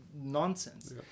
nonsense